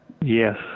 yes